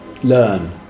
learn